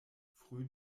früh